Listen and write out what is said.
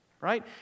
Right